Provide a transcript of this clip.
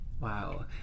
Wow